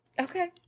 okay